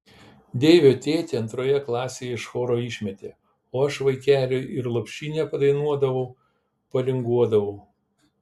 deivio tėtį antroje klasėje iš choro išmetė o aš vaikeliui ir lopšinę padainuodavau palinguodavau